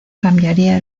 cambiaría